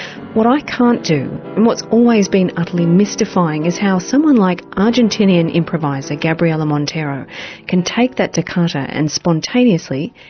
what i can't do, and what's always been utterly mystifying, is how someone like argentinean improviser gabriela montero can take that toccata and spontaneously,